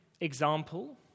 example